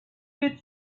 could